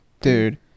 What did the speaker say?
Dude